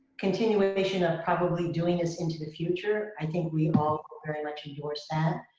continuation of probably doing this into the future, i think we all very much endorse that.